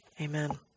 Amen